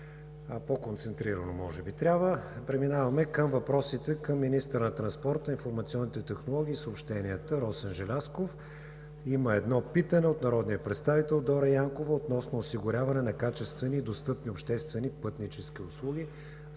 по-концентрирано. Преминаваме към въпросите към министъра на транспорта, информационните технологии и съобщенията Росен Желязков. Има едно питане от народния представител Дора Янкова относно осигуряване на качествени и достъпни обществени пътнически услуги.